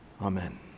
Amen